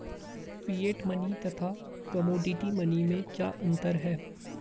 Fiat money तथा commodity money में क्या अंतर है?